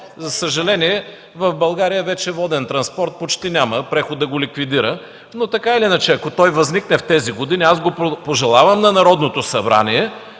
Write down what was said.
За съжаление, в България вече воден транспорт почти няма, преходът го ликвидира. Ако той възникне в тези години, пожелавам го на Народното събрание,